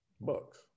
Bucks